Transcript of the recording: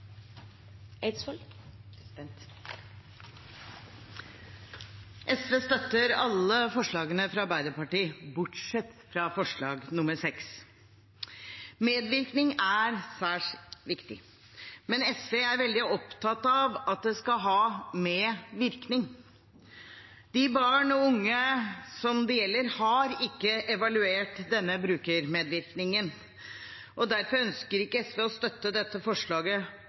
SV støtter alle forslagene fra Arbeiderpartiet bortsett fra forslag nr. 6. Medvirkning er særs viktig, men SV er veldig opptatt av at det skal være med virkning. De barn og unge som det gjelder, har ikke evaluert denne brukermedvirkningen, og derfor ønsker ikke SV å støtte dette forslaget